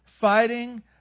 fighting